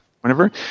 whenever